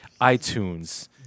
iTunes